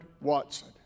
Watson